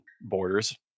borders